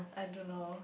I don't know